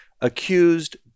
accused